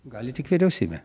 gali tik vyriausybė